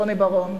רוני בר-און.